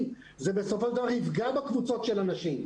זה משהו שבסופו של דבר יפגע בקבוצות הנשים.